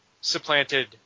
supplanted